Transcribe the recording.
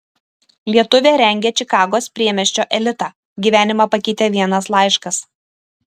lietuvė rengia čikagos priemiesčio elitą gyvenimą pakeitė vienas laiškas